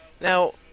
Now